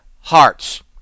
hearts